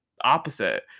opposite